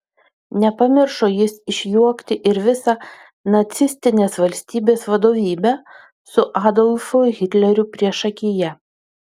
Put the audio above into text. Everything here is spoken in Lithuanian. nepamiršo jis išjuokti ir visą nacistinės valstybės vadovybę su adolfu hitleriu priešakyje